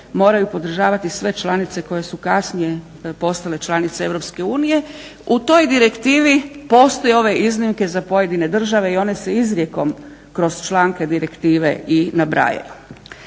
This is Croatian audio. moraju pridržavati sve članice koje su kasnije postale članice Europske unije. U toj direktivi postoje ove iznimke za pojedine države i one se izrijekom kroz članke direktive i nabrajaju.